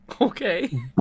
Okay